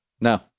No